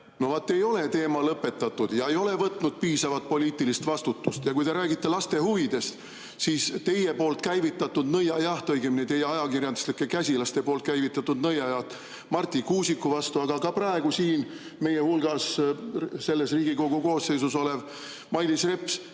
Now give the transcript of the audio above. No vaat ei ole teema lõpetatud ja ei ole ta võtnud piisavat poliitilist vastutust! Kui te räägite laste huvidest, siis teie poolt käivitatud nõiajaht, õigemini teie ajakirjanduslike käsilaste poolt käivitatud nõiajaht Marti Kuusiku vastu, aga ka praegu siin meie hulgas, selles Riigikogu koosseisus olev Mailis Reps